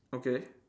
okay